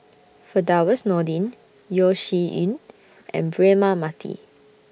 Firdaus Nordin Yeo Shih Yun and Braema Mathi